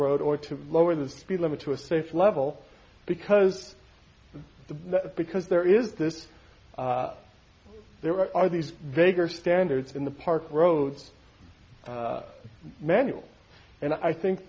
road or to lower the speed limit to a safe level because the because there is this there are these vaguer standards in the park roads manual and i think